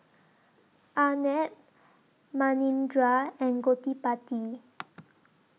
Arnab Manindra and Gottipati